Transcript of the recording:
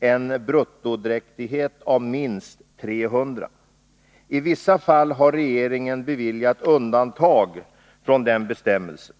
en bruttodräktighet av minst 300 registerton. I vissa fall har regeringen beviljat undantag från den bestämmelsen.